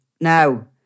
Now